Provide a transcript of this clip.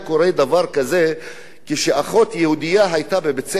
כזה כשאחות יהודייה היתה בבית-ספר ערבי,